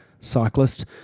Cyclist